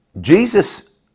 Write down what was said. Jesus